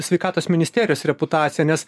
sveikatos ministerijos reputaciją nes